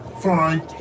Fine